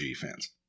fans